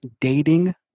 dating